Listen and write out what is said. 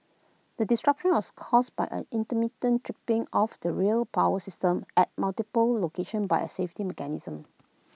the disruption was caused by A intermittent tripping of the rail power system at multiple location by A safety mechanism